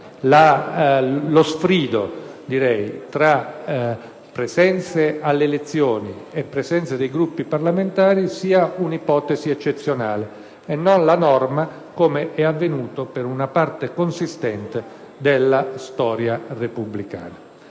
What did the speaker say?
lo strido tra presenze alle elezioni e presenze dei Gruppi parlamentari costituisca un'ipotesi eccezionale e non la norma, come avvenuto per una parte consistente della storia repubblicana.